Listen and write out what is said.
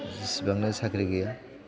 जेसेबांनो साख्रि गैया